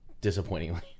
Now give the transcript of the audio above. disappointingly